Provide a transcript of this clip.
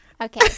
Okay